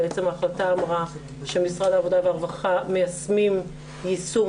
ואמרה שמשרד העבודה והרווחה מיישמים יישום